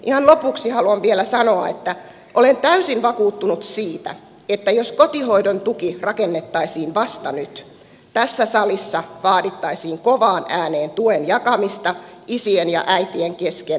ihan lopuksi haluan vielä sanoa että olen täysin vakuuttunut siitä että jos kotihoidon tuki rakennettaisiin vasta nyt tässä salissa vaadittaisiin kovaan ääneen tuen jakamista isien ja äitien kesken tasapuolisuussyistä